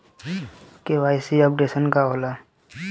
KYC updation का होला?